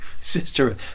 sister